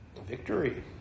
Victory